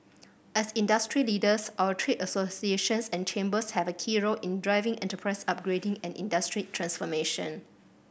as industry leaders our trade associations and chambers have a key role in driving enterprise upgrading and industry transformation